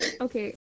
Okay